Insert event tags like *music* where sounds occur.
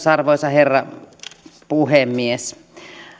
*unintelligible* arvoisa herra puhemies